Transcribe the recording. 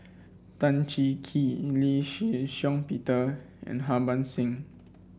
Tan Cheng Kee Lee Shih Shiong Peter and Harbans Singh